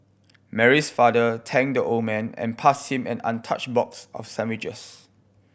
Mary's father thanked the old man and passed him an untouched box of sandwiches